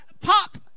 pop